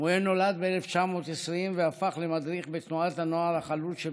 שמואל נולד ב-1910 והפך למדריך בתנועת הנוער החלוץ שבעירו.